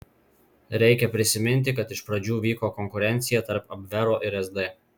reikia prisiminti kad iš pradžių vyko konkurencija tarp abvero ir sd